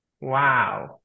Wow